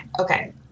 Okay